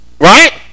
Right